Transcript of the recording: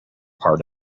part